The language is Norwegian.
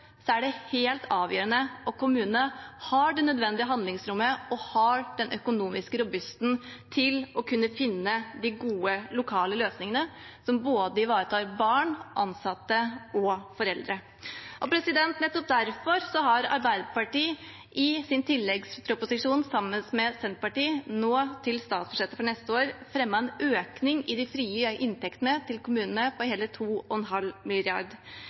er det helt avgjørende at kommunene har det nødvendige handlingsrommet og er økonomisk robuste til å kunne finne de gode lokale løsningene som ivaretar både barn, ansatte og foreldre. Nettopp derfor har Arbeiderpartiet sammen med Senterpartiet i sin tilleggsproposisjon til statsbudsjettet for neste år fremmet en økning i de frie inntektene til kommunene på hele 2,5